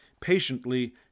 Patiently